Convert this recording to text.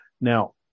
Now